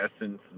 essence